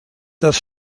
das